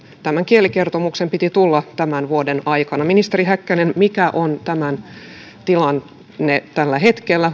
tämän kielikertomuksen piti tulla tämän vuoden aikana ministeri häkkänen mikä on tämän tilanne tällä hetkellä